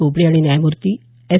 बोबडे आणि न्यायमूर्ती एस